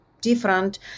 different